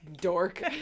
Dork